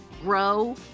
grow